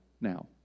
now